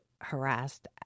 harassed